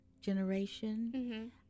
generation